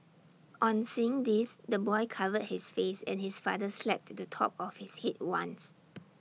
on seeing this the boy covered his face and his father slapped the top of his Head once